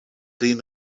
den